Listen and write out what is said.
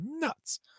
nuts